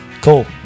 Cool